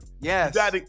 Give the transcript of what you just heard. Yes